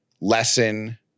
lesson